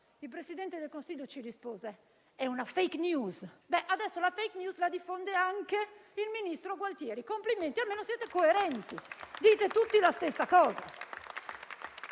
il Presidente del Consiglio ci rispose: è una *fake news*. Adesso la *fake news* la diffonde anche il ministro Gualtieri. Complimenti, almeno siete coerenti, dite tutti la stessa cosa.